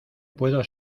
puedo